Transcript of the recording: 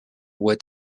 wet